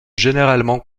généralement